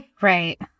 Right